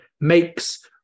makes